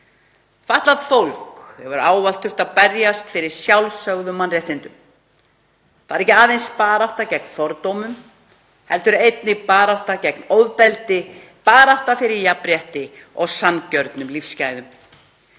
Fatlað fólk hefur ávallt þurft að berjast fyrir sjálfsögðum mannréttindum. Það er ekki aðeins barátta gegn fordómum heldur einnig barátta gegn ofbeldi og barátta fyrir jafnrétti og sanngjörnum lífsgæðum.